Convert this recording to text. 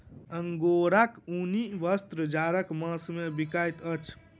अंगोराक ऊनी वस्त्र जाड़क मास मे बिकाइत अछि